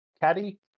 caddy